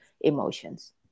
emotions